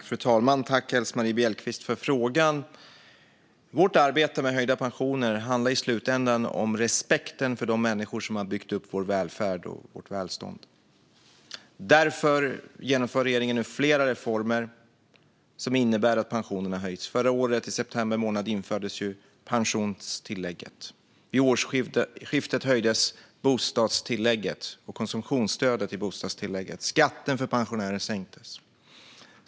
Fru talman! Tack, Elsemarie Bjellqvist, för frågan! Vårt arbete med höjda pensioner handlar i slutändan om respekten för de människor som har byggt upp vår välfärd och vårt välstånd. Därför genomför regeringen nu flera reformer som innebär att pensionerna höjs. Förra året i september månad infördes pensionstillägget. Vid årsskiftet höjdes bostadstillägget och konsumtionsstödet i bostadstillägget, och skatten för pensionärer sänktes.